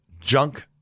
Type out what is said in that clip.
junk